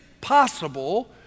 possible